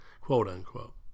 quote-unquote